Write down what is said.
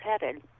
headed